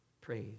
praise